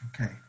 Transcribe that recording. Okay